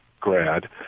grad